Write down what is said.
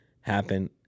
Happen